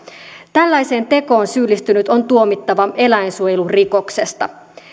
tällaiseen tekoon syyllistynyt on tuomittava eläinsuojelurikoksesta